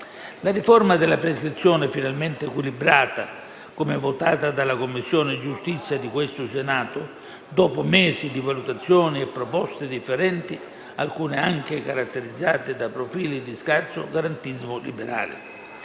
riforma della prescrizione, finalmente equilibrata, come votata dalla Commissione giustizia di questo Senato, dopo mesi di valutazioni e proposte differenti, alcune anche caratterizzate da profili di scarso garantismo liberale.